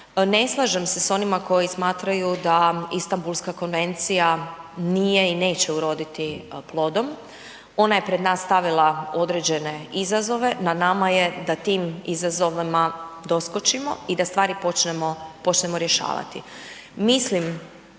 Ne slažem se s onima koji smatraju da Istambulska konvencija nije i neće uroditi plodom. Ona je pred nas stavila određene izazove, na nama je da tim izazovima doskočimo i da stvari počnemo rješavati.